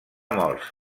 morts